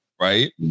right